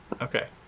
Okay